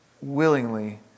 willingly